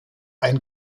ein